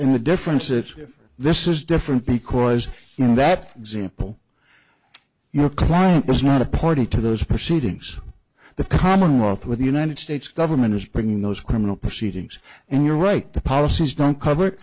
n the difference if this is different because you know that example your client is not a party to those proceedings the commonwealth with the united states government is bringing those criminal proceedings and you're right the policies don't cover it